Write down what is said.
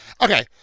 Okay